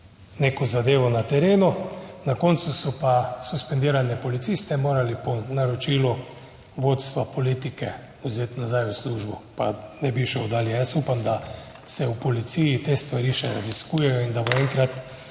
neko zadevo na terenu, na koncu so pa suspendirane policiste morali po naročilu vodstva politike vzeti nazaj v službo. Pa ne bi šel dalje. Jaz upam, da se v policiji te stvari še raziskujejo in da bo enkrat